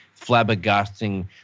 flabbergasting